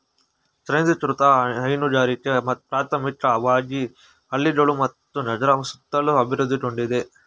ಕೇಂದ್ರೀಕೃತ ಹೈನುಗಾರಿಕೆಯು ಪ್ರಾಥಮಿಕವಾಗಿ ಹಳ್ಳಿಗಳು ಮತ್ತು ನಗರಗಳ ಸುತ್ತಲೂ ಅಭಿವೃದ್ಧಿಗೊಂಡಿದೆ